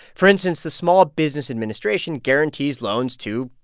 for instance, the small business administration guarantees loans to,